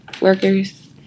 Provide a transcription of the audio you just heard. workers